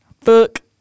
Fuck